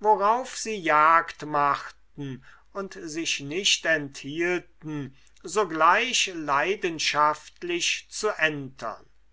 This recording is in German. worauf sie jagd machten und sich nicht enthielten sogleich leidenschaftlich zu entern